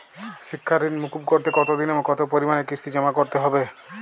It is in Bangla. শিক্ষার ঋণ মুকুব করতে কতোদিনে ও কতো পরিমাণে কিস্তি জমা করতে হবে?